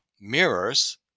mirrors